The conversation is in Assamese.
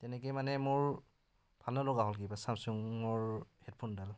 তেনেকৈ মানে মোৰ ভাল নলগা হ'ল কিবা ছেমছুঙৰ হে'ডফোনডাল